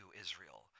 israel